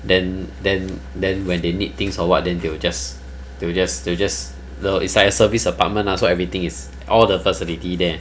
then then then when they need things or what then they will just they will just the will just as though it's like a service apartment lah so everything is all the facility there